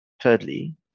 Thirdly